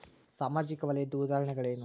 ಸಾಮಾಜಿಕ ವಲಯದ್ದು ಉದಾಹರಣೆಗಳೇನು?